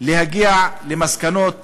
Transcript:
להגיע למסקנות